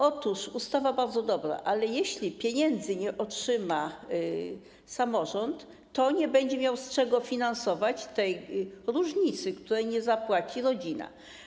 Otóż ustawa jest bardzo dobra, ale jeśli pieniędzy nie otrzyma samorząd, to nie będzie miał z czego finansować tej różnicy, której nie zapłaci rodzina.